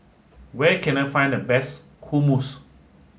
where can I find the best Hummus